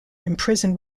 imprisoned